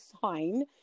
sign